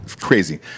crazy